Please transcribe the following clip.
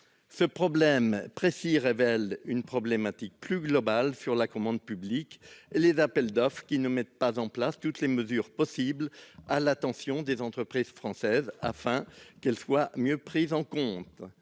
Ce problème précis révèle une difficulté plus globale sur la commande publique et les appels d'offres qui ne mettent pas en place toutes les mesures possibles à l'attention des entreprises françaises, afin que celles-ci soient mieux prises en compte.